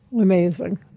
Amazing